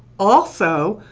also,